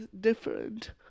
different